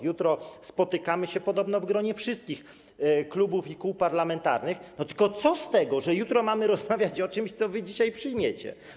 Jutro spotykamy się podobno w gronie wszystkich klubów i kół parlamentarnych, tylko co z tego, skoro jutro mamy rozmawiać o czymś, co wy dzisiaj przyjmiecie?